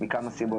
מכמה סיבות,